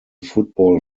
football